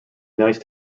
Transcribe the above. nice